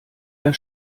der